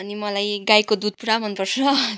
अनि मलाई गाईको दुध पुरा मनपर्छ